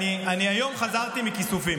אני היום חזרתי מכיסופים.